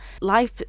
Life